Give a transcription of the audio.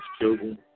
children